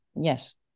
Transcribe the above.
Yes